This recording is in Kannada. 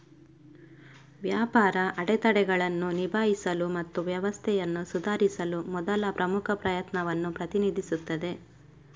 ವ್ಯಾಪಾರ ಅಡೆತಡೆಗಳನ್ನು ನಿಭಾಯಿಸಲು ಮತ್ತು ವ್ಯವಸ್ಥೆಯನ್ನು ಸುಧಾರಿಸಲು ಮೊದಲ ಪ್ರಮುಖ ಪ್ರಯತ್ನವನ್ನು ಪ್ರತಿನಿಧಿಸುತ್ತದೆ